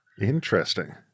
Interesting